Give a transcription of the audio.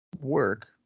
work